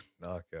knockout